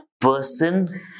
person